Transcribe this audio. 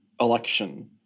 election